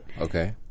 Okay